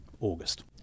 August